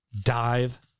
dive